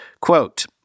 Quote